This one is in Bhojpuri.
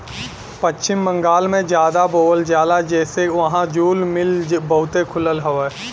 पश्चिम बंगाल में जादा बोवल जाला जेसे वहां जूल मिल बहुते खुलल हौ